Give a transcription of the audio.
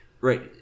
right